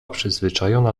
przyzwyczajona